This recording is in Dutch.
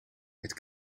het